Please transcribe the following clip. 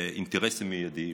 לאינטרסים מיידיים,